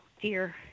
dear